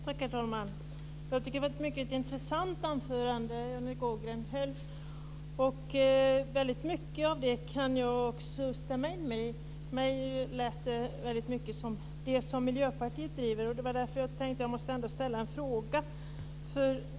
Herr talman! Jag tycker att det var ett mycket intressant anförande Jan Erik Ågren höll. Jag kan stämma in i mycket av det. För mig lät det som mycket av det som Miljöpartiet driver. Det var därför jag tänkte att jag ändå måste ställa en fråga.